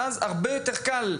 ואז הרבה יותר קל,